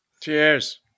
Cheers